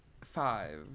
Five